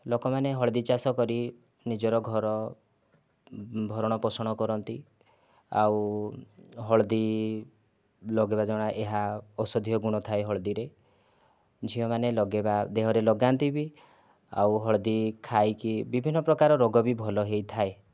ଲୋକ ମାନେ ହଳଦୀ ଚାଷ କରି ନିଜର ଘର ଭରଣ ପୋଷଣ କରନ୍ତି ଆଉ ହଳଦୀ ଲଗାଇବା ଦ୍ୱାରା ଏହା ଓଷଧୀୟ ଗୁଣ ଥାଏ ହଳଦୀରେ ଝିଅ ମାନେ ଲଗାଇବା ଦେହରେ ଲଗାନ୍ତି ବି ଆଉ ହଳଦୀ ଖାଇକି ବି ବିଭିନ୍ନ ପ୍ରକାର ରୋଗ ବି ଭଲ ହେଇଥାଏ